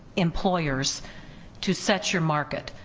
employers to set your market,